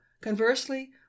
conversely